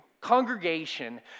congregation